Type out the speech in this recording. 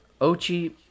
Ochi